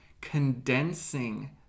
condensing